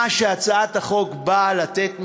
הצעת החוק באה לתת מסגרת,